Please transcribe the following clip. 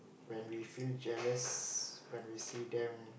when we feel jealous when we see them